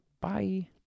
Bye